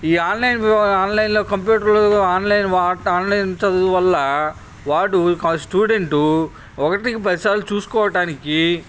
ఈ ఆన్లైన్ ఆన్లైన్లో computer online చదువు వల్ల వాడు కాదు స్టూడెంటు ఒకటికి పదిసార్లు చూసుకోవడానికి